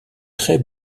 très